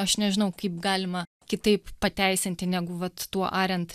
aš nežinau kaip galima kitaip pateisinti negu vat tuo ariant